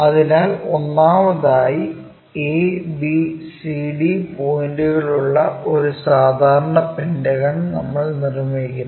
അതിനാൽ ഒന്നാമതായി abcd പോയിന്റുകളുള്ള ഒരു സാധാരണ പെന്റഗൺ നമ്മൾ നിർമ്മിക്കുന്നു